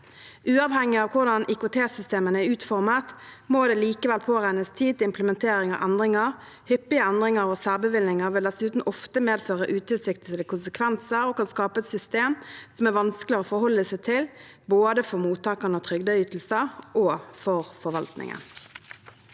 Uavhengig av hvordan IKT-systemene er utformet, må det likevel påregnes tid til implementering av endringer. Hyppige endringer og særbevilgninger vil dessuten ofte medføre utilsiktede konsekvenser og kan skape et system som er vanskeligere å forholde seg til, både for mottakerne av trygdeytelser og for forvaltningen.